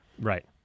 right